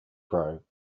grow